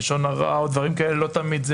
"לשון הרע" או הדברים כאלה לא תמיד.